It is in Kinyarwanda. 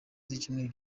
z’icyumweru